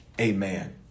amen